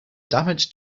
damage